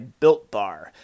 BuiltBar